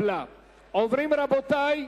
רבותי,